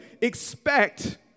expect